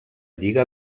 lliga